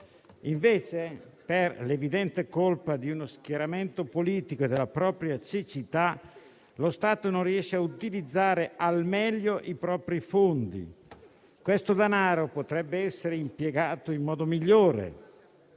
Invece, per l'evidente colpa di uno schieramento politico e della propria cecità, lo Stato non riesce a utilizzare al meglio i propri fondi. Questo denaro potrebbe essere impiegato in modo migliore,